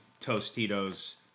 Tostitos